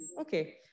Okay